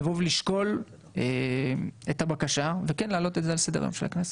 לשקול את הבקשה ולהעלות את זה על סדר-היום של הכנסת.